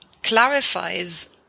clarifies